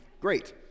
great